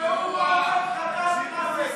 פרס ישראל,